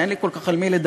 אין לי כל כך אל מי לדבר,